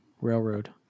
railroad